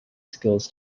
skills